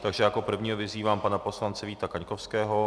Takže jako prvního vyzývám pana poslance Víta Kaňkovského.